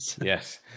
Yes